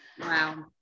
Wow